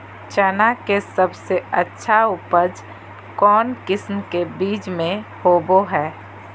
चना के सबसे अच्छा उपज कौन किस्म के बीच में होबो हय?